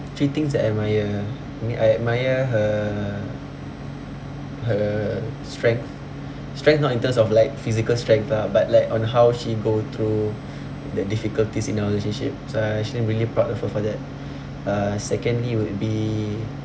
three things that I admire ah I mean I admire her her strength strength not in terms of like physical strength lah but like on how she go through the difficulties in our relationship so I actually really proud of her for that uh secondly would be